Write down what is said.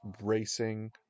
racing